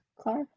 car